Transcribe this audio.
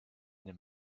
den